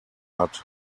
hat